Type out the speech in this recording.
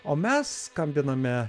o mes skambiname